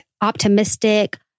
optimistic